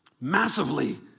Massively